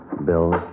Bills